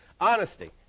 Honesty